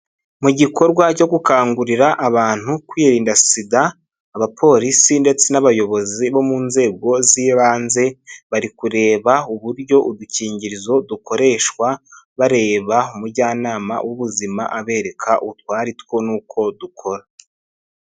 Mu gikorwa cyo gukangurira abantu kwirinda sida abapolisi ndetse n'abayobozi bo mu nzego z'ibanze bari kureba uburyo udukingirizo dukoreshwa bareba umujyanama w'ubuzima abereka utwo ari two n'uko dukora.